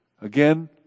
Again